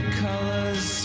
colors